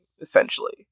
Essentially